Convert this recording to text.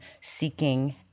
seeking